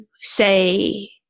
say